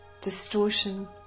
distortion